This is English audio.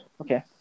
Okay